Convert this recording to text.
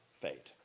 fate